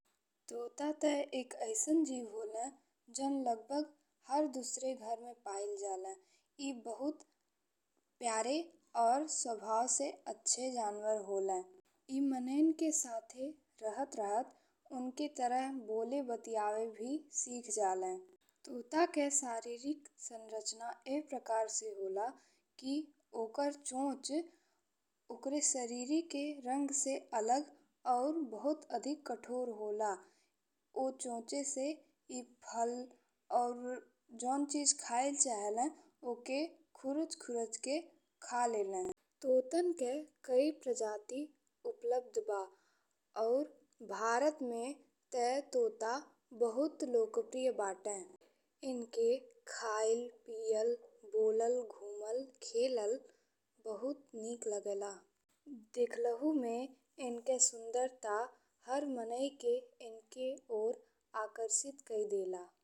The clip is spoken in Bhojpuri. तोता ते एक अइसन जीव होले जौन लगभग हर दूसरे घर में पायल जाले। ई बहुत प्यारे और स्वभाव से अच्छे जानवर होले। ई मनई के साथे रहल उनके तरह बोले बतियावे भी सिखी जाले। तोता के शारीरिक संरचना एह प्रकार से होला कि ओकर चोच ओकर शारीरिक के रंग से अलग और बहुत अधिक कठोर होला। ओह चोच से ई फल और जौन चीज खाइल चाहले ओकर खुरच-खुरच के खा लेले। तोतान के कई प्रजाति उपलब्ध बा और भारत में ते तोता बहुत लोकप्रिय बाटे। एनके खाइल, पियाल, बोलाल, घूमाल, खेलाल बहुत नीक लागेला। देखलहु में एनके सुंदरता हर मने के एन्के ओर आकर्षित कइ देला।